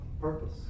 purpose